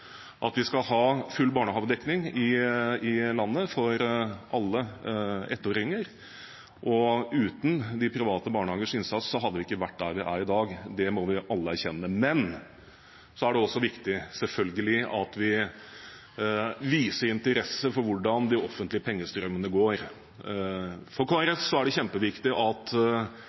at vi skal ha full barnehagedekning i landet for alle ettåringer. Uten de private barnehagers innsats hadde vi ikke vært der vi er i dag. Det må vi alle erkjenne. Men så er det selvfølgelig viktig at vi viser interesse for hvordan de offentlige pengestrømmene går. For Kristelig Folkeparti er det kjempeviktig at